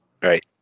Right